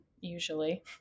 usually